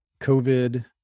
COVID